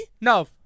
No